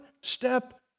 step